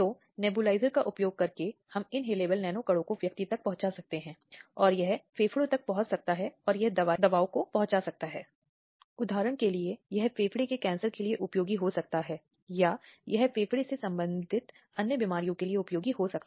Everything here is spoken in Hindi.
दंड ताकि अधिनियम ताकि अपराध को उचित रूप से दंडित किया जा सके और लोगों को इस तरह के अपराध को करने से रोका जा सके साथ ही साथ महिला के अधिकारों और अखंडता को बनाए रखा जा सके